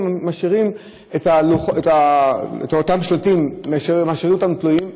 הם משאירים את אותם שלטים תלויים.